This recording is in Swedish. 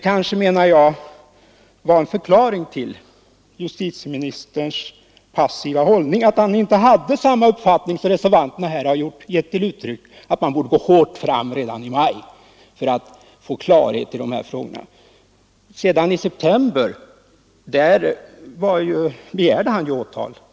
Jag menar att en förklaring till justitieministerns passiva hållning kanske var att han inte delade den uppfattning som reservanterna här givit uttryck för, nämligen att man borde ha gått hårt fram redan i maj för att få klarhet i dessa frågor. I september begärde justitieministern åtal.